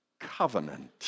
covenant